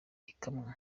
ikamwa